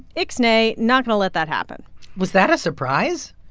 ixnay not going to let that happen was that a surprise?